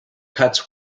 cuts